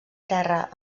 terra